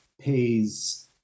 pays